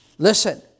Listen